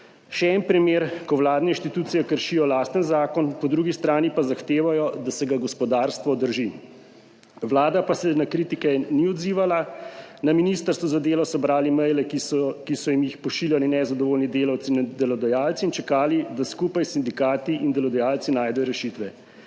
Še en primer, ko vladne institucije kršijo lasten zakon, po drugi strani pa zahtevajo, da se ga gospodarstvo drži. Vlada pa se na kritike ni odzivala, na ministrstvu za delo so brali maile, ki so jim jih pošiljali nezadovoljni delavci in delodajalci, in čakali, da skupaj s sindikati in delodajalci najdejo rešitve.